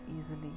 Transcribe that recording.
easily